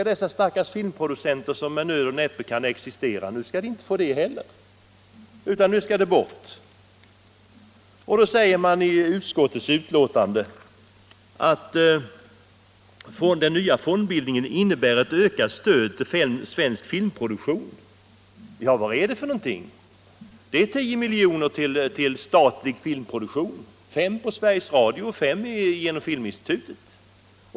De stackars filmproducenterna som med nöd och näppe kan existera skall inte längre få det bidraget heller. Utskottet säger att den nya fondbildningen innebär ett ökat stöd till svensk film. Ja, vad är det för någonting? Det är 10 milj. till statlig filmproduktion; 5 till Sveriges Radio och 5 till Filminstitutet.